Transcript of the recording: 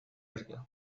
herria